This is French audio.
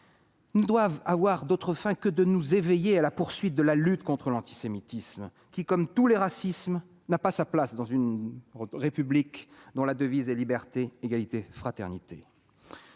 ne doivent avoir d'autre fin que de nous éveiller à la poursuite de la lutte contre l'antisémitisme qui, comme tous les racismes, n'a pas sa place dans une République dont la devise est « Liberté, Égalité, Fraternité ».